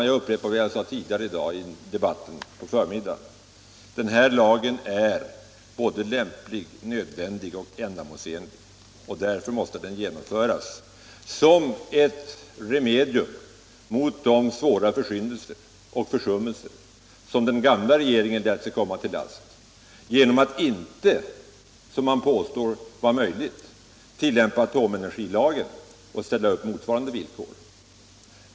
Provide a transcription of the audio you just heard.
Jag upprepar vad jag sade tidigare i dag, i debatten på förmiddagen: Den här lagen är både lämplig, nödvändig och ändamålsenlig, och därför måste den genomföras som ett remedium mot de svåra försyndelser och försummelser som den gamla regeringen låtit komma sig till last genom att inte, som man påstår var möjligt att göra, tillämpa atomenergilagen och sätta upp motsvarande villkor.